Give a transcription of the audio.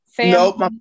Nope